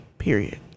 Period